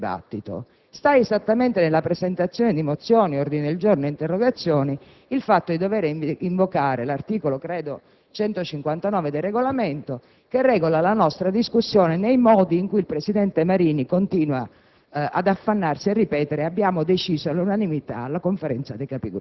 perché questo, peraltro, avrebbe radicato un'altra organizzazione del dibattito. Sta esattamente nella presentazione di mozioni, ordini del giorno ed interrogazioni il fatto di dover invocare l'articolo 159 del Regolamento, che regola la nostra discussione nei modi in cui il presidente Marini continua